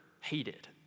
hated